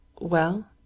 Well